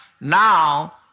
Now